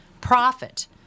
profit